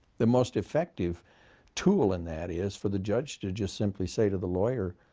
the most effective tool in that is for the judge to just simply say to the lawyer,